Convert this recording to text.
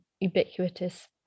ubiquitous